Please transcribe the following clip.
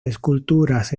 esculturas